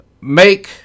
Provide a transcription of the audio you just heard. make